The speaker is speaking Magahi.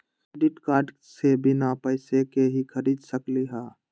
क्रेडिट कार्ड से बिना पैसे के ही खरीद सकली ह?